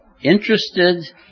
interested